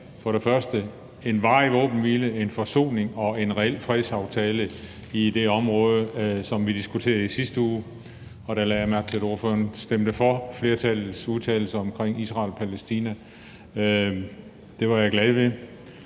skulle have en varig våbenhvile, en forsoning og en reel fredsaftale i det område, som vi diskuterede i sidste uge. Og der lagde jeg mærke til, at ordføreren stemte for flertallets udtalelse omkring Israel-Palæstina, og det var jeg glad for.